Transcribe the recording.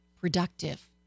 productive